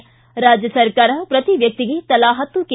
ಿ ರಾಜ್ಯ ಸರ್ಕಾರ ಪ್ರತೀ ವ್ಯಕ್ತಿಗೆ ತಲಾ ಹತ್ತು ಕೆ